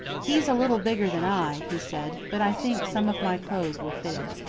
he's a little bigger than i, he said, but i think some of my clothes will fit him.